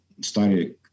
started